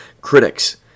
critics